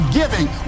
giving